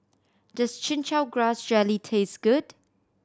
does Chin Chow Grass Jelly taste good